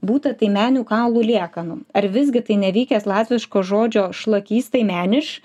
būta taimenių kaulų liekanų ar visgi tai nevykęs latviško žodžio šlakys taimeniš